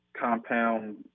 compound